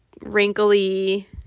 wrinkly